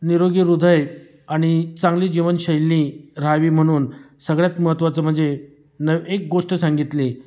निरोगी हृदय आणि चांगली जीवनशैली राहावी म्हणून सगळ्यात महत्त्वाचं म्हणजे न एक गोष्ट सांगितली